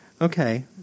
Okay